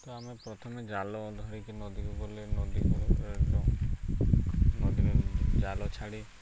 ତ ଆମେ ପ୍ରଥମେ ଜାଲ ଧରିକି ନଦୀକୁ ଗଲେ ନଦୀ ନଦୀରେ ଜାଲ ଛାଡ଼ି